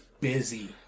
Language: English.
busy